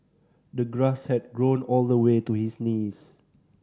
the grass had grown all the way to his knees